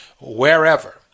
Wherever